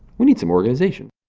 we need some organization.